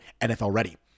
NFL-ready